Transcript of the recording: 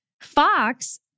Fox